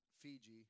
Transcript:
Fiji